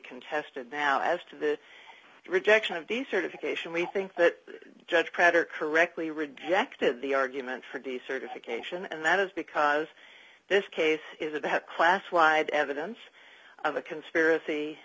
contested now as to the rejection of decertification we think that judge kreder correctly rejected the argument for decertification and that is because this case is about class wide evidence of a conspiracy